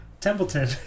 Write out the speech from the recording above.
Templeton